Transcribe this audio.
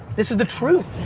this is the truth.